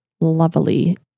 lovely